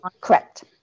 Correct